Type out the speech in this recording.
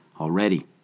Already